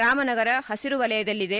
ರಾಮನಗರ ಪಸಿರು ವಲಯದಲ್ಲಿದೆ